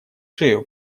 шею